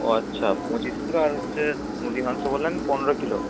ও আচ্ছা পঁচিশ কিলো আর হচ্ছে মুরগির মাংস বললেন পনেরো কিলো